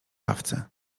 ławce